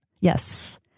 Yes